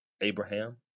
Abraham